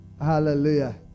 hallelujah